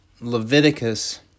Leviticus